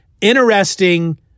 interesting